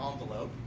envelope